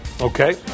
Okay